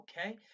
Okay